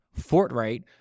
fortright